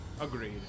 Agreed